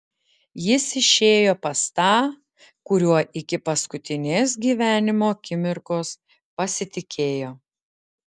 jis išėjo pas tą kuriuo iki paskutinės gyvenimo akimirkos pasitikėjo